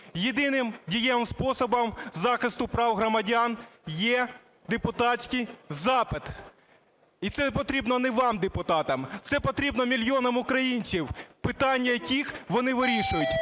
Єдиним дієвим способом захисту прав громадян є депутатський запит. І це потрібно не вам, депутатам, це потрібно мільйонам українців, питання яких вони вирішують.